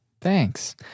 Thanks